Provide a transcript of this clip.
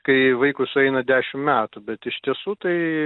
kai vaikui sueina dešimt metų bet iš tiesų tai